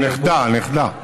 הנכדה, הנכדה.